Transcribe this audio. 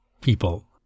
people